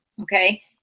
okay